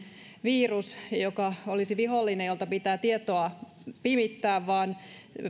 virus eikä sellainen vihollinen jolta pitää tietoa pimittää vaan